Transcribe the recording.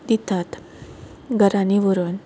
दितात घरांनी व्हरून